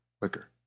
quicker